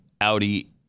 Audi